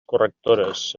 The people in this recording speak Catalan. correctores